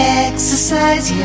exercise